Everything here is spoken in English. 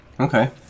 Okay